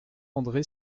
andré